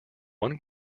one